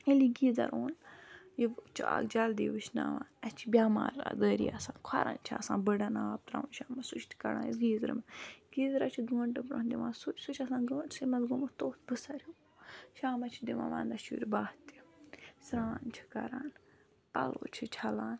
ییٚلہِ یہِ گیٖزَر اوٚن یہِ چھُ اَکھ جلدی وٕشںاوان اَسہِ چھِ بٮ۪ماردٲری آسان کھۄرَن چھِ آسان بٔڑَن آب ترٛاوُن شامَس سُہ چھِ کَڑان أسۍ گیٖزرٕ گیٖزرَس چھُ گٲنٛٹہٕ برونٛہہ دِوان سُچ سُہ چھِ آسان گٲنٛٹسٕے منٛز گوٚمُت توٚت بٕسَر ہیوٗ شاَس چھِ دِوان وَنٛدَس شُرۍ بَہہ تہِ سرٛان چھِ کَران پَلو چھِ چھَلان